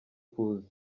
kuza